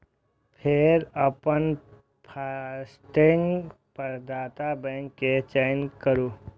फेर अपन फास्टैग प्रदाता बैंक के चयन करू